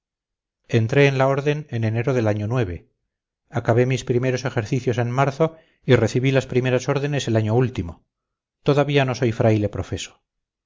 entré en la orden en enero del año acabé mis primeros ejercicios en marzo y recibí las primeras órdenes el año último todavía no soy fraile profeso